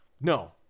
No